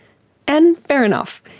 and fair enough.